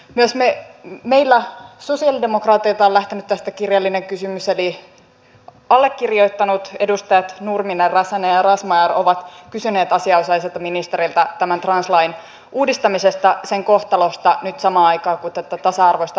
myös meiltä sosialidemokraateilta on lähtenyt tästä kirjallinen kysymys eli allekirjoittanut edustajat nurminen räsänen ja razmyar ovat kysyneet asianosaiselta ministeriltä tämän translain uudistamisesta sen kohtalosta nyt samaan aikaan kuin tätä tasa arvoista avioliittolainsäädäntöä laitetaan voimaan